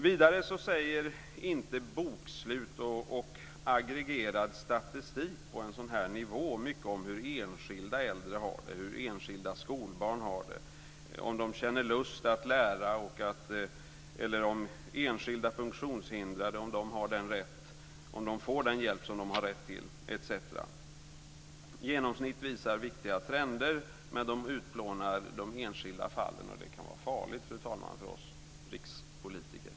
Vidare säger inte bokslut och aggregerad statistik på en sådan nivå mycket om hur enskilda äldre har det eller hur enskilda skolbarn har det, om barnen känner lust att lära eller om enskilda funktionshindrade får den hjälp som de har rätt till, etc. Genomsnitt visar viktiga trender, men de utplånar de enskilda fallen, och det kan vara farligt, fru talman, för oss rikspolitiker.